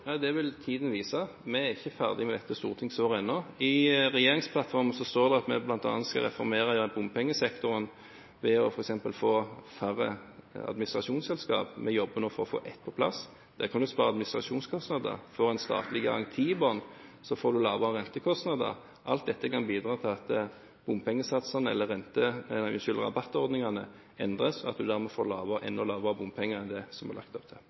vil tiden vise. Vi er ikke ferdige med dette stortingsåret ennå. I regjeringsplattformen står det at vi bl.a. skal reformere bompengesektoren ved f.eks. å få færre administrasjonsselskaper. Vi jobber nå for å få ett på plass. Der kan en spare administrasjonskostnader. Får en en statlig garanti i bunnen, får en lavere rentekostnader. Alt dette kan bidra til at bompengesatsene eller rabattordningene endres, og at en dermed får enda lavere bompenger enn det det er lagt opp til.